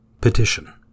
Petition